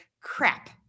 crap